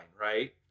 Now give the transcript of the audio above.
right